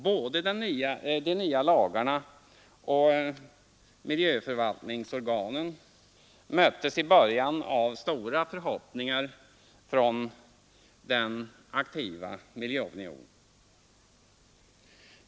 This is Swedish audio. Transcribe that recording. Både de nya lagarna och miljöförvaltningsorganen möttes i början av stora förhoppningar från den aktiva miljöopinionen.